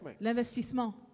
L'investissement